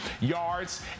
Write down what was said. yards